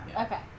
okay